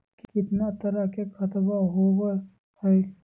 कितना तरह के खातवा होव हई?